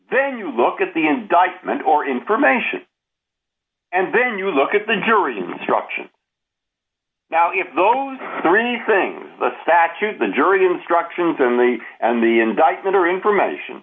then you look at the indictment or information and then you look at the jury instruction now if those three things the statute the jury instructions and the and the indictment are information